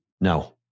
No